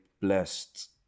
blessed